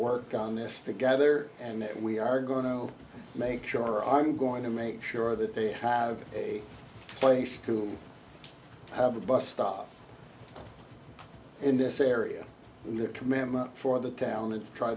worked on this together and that we are going to make sure i'm going to make sure that they have a place to have a bus stop in this area that commandment for the town and try